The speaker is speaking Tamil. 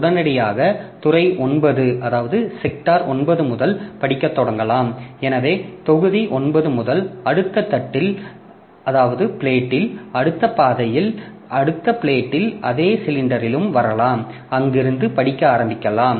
உடனடியாக துறை 9 முதல் படிக்கத் தொடங்கலாம் எனவே தொகுதி 9 முதல் அடுத்த தட்டில் அடுத்த பாதையிலும் அடுத்த பிளேட்டில் அதே சிலிண்டரிலும் வரலாம் அங்கிருந்து படிக்க ஆரம்பிக்கலாம்